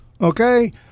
Okay